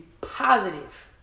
positive